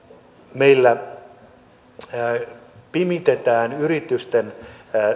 meillä pimitetään yritysten